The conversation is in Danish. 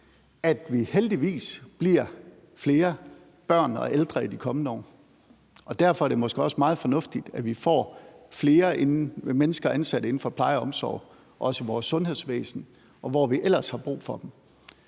at der heldigvis kommer flere børn og ældre i de kommende år, og derfor er det måske også meget fornuftigt, at vi får flere mennesker ansat inden for pleje og omsorg, i vores sundhedsvæsen, og hvor vi ellers har brug for dem.